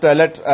let